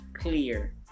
clear